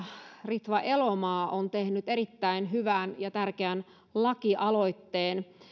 ritva elomaa on tehnyt erittäin hyvän ja tärkeän lakialoitteen